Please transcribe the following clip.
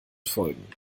folgen